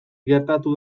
gertatu